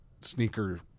sneaker